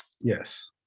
Yes